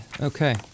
okay